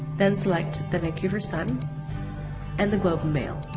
then select the vancouver sun and the globe and mail.